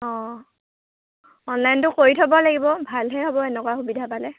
অঁ অনলাইনটো কৰি থ'ব লাগিব ভালহে হ'ব এনেকুৱা সুবিধা পালে